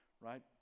right